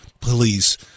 Please